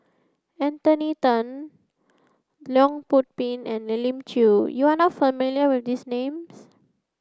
Anthony Then Leong Yoon Pin and Elim Chew you are not familiar with these names